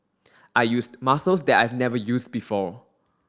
I used muscles that I've never used before